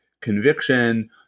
conviction